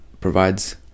provides